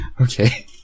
okay